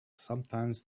sometimes